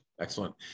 Excellent